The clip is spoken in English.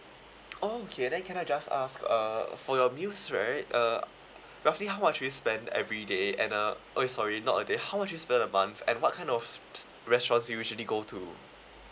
oh okay then can I just ask uh for your meals right uh roughly how much do you spend everyday and uh !oi! sorry not a day how much do you spend a month and what kind of restaurants do you usually go to